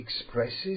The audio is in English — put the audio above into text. expresses